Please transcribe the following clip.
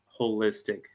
holistic